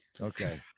Okay